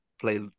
play